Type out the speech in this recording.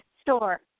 store